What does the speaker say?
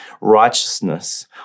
righteousness